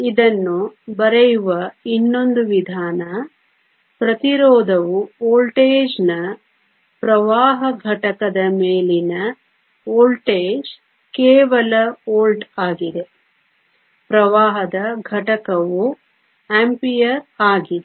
ಇದನ್ನು ಬರೆಯುವ ಇನ್ನೊಂದು ವಿಧಾನ ಪ್ರತಿರೋಧವು ವೋಲ್ಟೇಜ್ನ ಪ್ರವಾಹ ಘಟಕದ ಮೇಲಿನ ವೋಲ್ಟೇಜ್ ಕೇವಲ ವೋಲ್ಟ್ ಆಗಿದೆ ಪ್ರವಾಹದ ಘಟಕವು ಆಂಪಿಯರ್ ಆಗಿದೆ